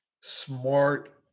Smart